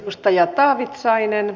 ostaja taavitsainen